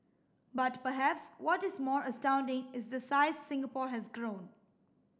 but perhaps what is more astounding is the size Singapore has grown